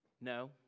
No